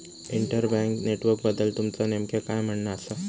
inter bank नेटवर्कबद्दल तुमचा नेमक्या काय म्हणना आसा